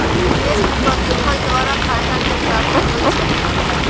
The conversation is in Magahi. निवेश में प्रतिफल द्वारा फयदा के प्राप्ति होइ छइ